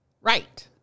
right